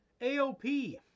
AOP